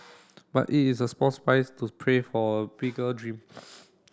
but it is a small price to pray for bigger dream